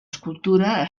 escultura